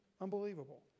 Unbelievable